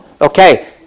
Okay